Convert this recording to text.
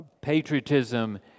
patriotism